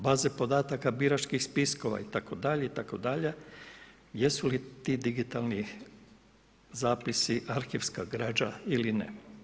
Baze podataka biračkih spiskova itd. itd., jesu li ti digitalni zapisi arhivska građa ili ne?